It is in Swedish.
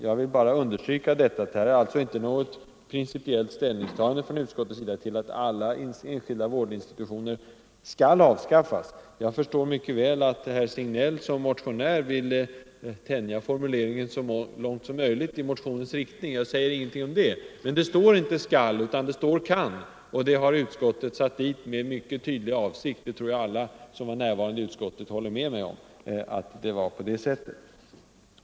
Jag vill alltså understryka att det här inte är något principiellt ställningstagande från utskottets sida för att alla enskilda vårdinstitutioner skall avskaffas. Jag förstår mycket väl att herr Signell som motionär vill tänja formuleringen så långt som möjligt i motionens riktning — jag säger ingenting om det. Men det står inte ”skall” utan det står ”kan”, och det har utskottet satt dit med mycket bestämd avsikt. Jag tror att alla som var närvarande i utskottet håller med mig om att det var på det sättet.